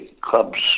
clubs